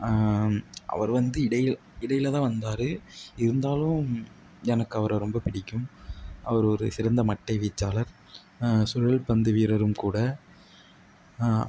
அவர் வந்து இடையில் இடையில் தான் வந்தார் இருந்தாலும் எனக்கு அவரை ரொம்ப பிடிக்கும் அவர் ஒரு சிறந்த மட்டை வீச்சாளர் சுழல் பந்து வீரரும் கூட